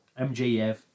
MJF